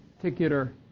particular